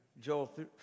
Joel